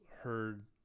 heard